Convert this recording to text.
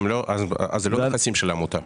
אם כן, אלה לא הנכסים של העמותה.